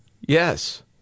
Yes